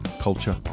culture